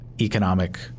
economic